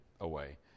away